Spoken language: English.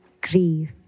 grief